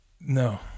No